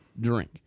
drink